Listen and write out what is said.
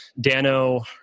Dano